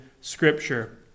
scripture